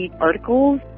articles